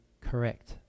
correct